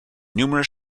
numerous